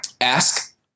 ask